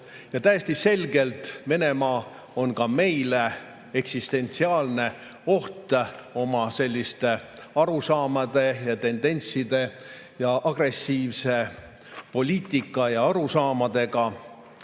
Ja täiesti selgelt Venemaa on ka meile eksistentsiaalne oht oma selliste arusaamade ja tendentside ja agressiivse poliitika ja arusaamadega.